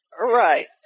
Right